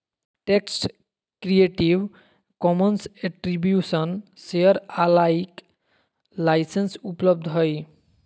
text creative commons attribution share alike license उपलब्ध हइ